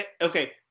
okay